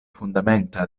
fundamenta